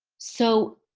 so,